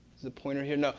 the pointer hidden? no.